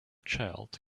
child